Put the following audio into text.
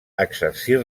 exercir